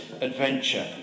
adventure